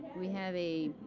we have a,